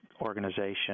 organization